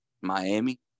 Miami